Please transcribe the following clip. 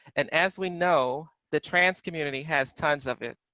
and as we know, the trans community has tons of it.